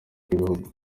kw’ibihugu